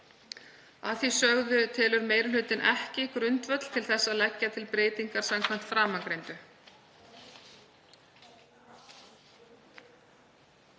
Að því sögðu telur meiri hlutinn ekki grundvöll til þess að leggja til breytingar samkvæmt framangreindu.